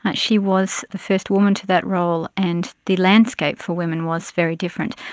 but she was the first woman to that role and the landscape for women was very different.